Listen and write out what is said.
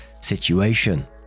situation